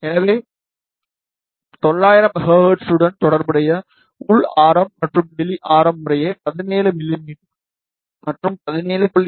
எனவே 900 மெகா ஹெர்ட்ஸுடன் தொடர்புடைய உள் ஆரம் மற்றும் வெளி ஆரம் முறையே 17 மிமீ மற்றும் 17